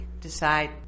decide